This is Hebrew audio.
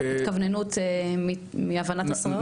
התכווננות מהבנת השררה.